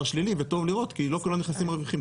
שלילי וטוב לראות כי לא כל הנכסים מרוויחים,